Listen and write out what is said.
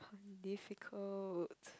difficult